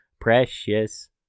Precious